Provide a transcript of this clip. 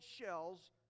shells